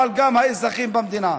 אבל גם האזרחים במדינה.